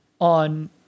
on